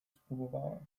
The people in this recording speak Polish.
spróbowałem